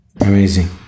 Amazing